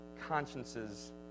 consciences